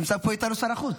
נמצא פה איתנו שר החוץ.